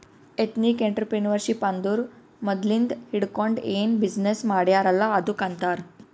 ethnic entrepreneurship ಅಂದುರ್ ಮದ್ಲಿಂದ್ ಹಿಡ್ಕೊಂಡ್ ಏನ್ ಬಿಸಿನ್ನೆಸ್ ಮಾಡ್ಯಾರ್ ಅಲ್ಲ ಅದ್ದುಕ್ ಆಂತಾರ್